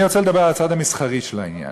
אני רוצה לדבר על הצד המסחרי של העניין,